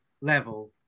level